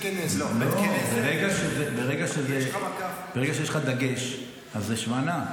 --- ברגע שיש לך דגש אז זה שווא נע.